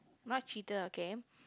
not cheater okay